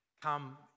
come